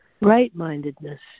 right-mindedness